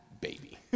baby